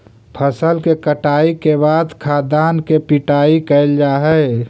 फसल के कटाई के बाद खाद्यान्न के पिटाई कैल जा हइ